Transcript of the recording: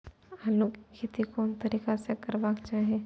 आलु के खेती कोन तरीका से करबाक चाही?